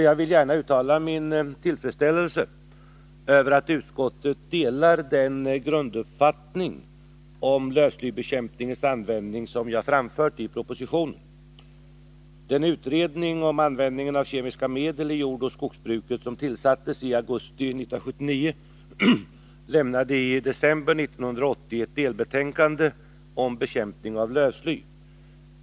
Jag vill gärna uttala min tillfredsställelse över att utskottet delar den grunduppfattning om lövslybekämpningsmedlens användning som jag framfört i propositionen. Den utredning om användningen av kemiska medel i jordoch skogsbruket som tillsattes i augusti 1979 lämnade i december 1980 ett delbetänkande om bekämpning av lövsly.